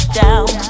down